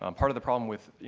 um part of the problem with, you